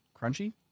crunchy